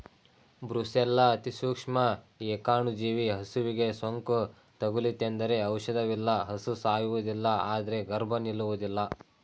brucella ಅತಿಸೂಕ್ಷ್ಮ ಏಕಾಣುಜೀವಿ ಹಸುವಿಗೆ ಸೋಂಕು ತಗುಲಿತೆಂದರೆ ಔಷಧವಿಲ್ಲ ಹಸು ಸಾಯುವುದಿಲ್ಲ ಆದ್ರೆ ಗರ್ಭ ನಿಲ್ಲುವುದಿಲ್ಲ